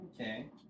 Okay